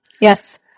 Yes